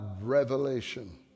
revelation